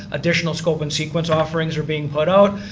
additional scope and sequence offerings are being put out.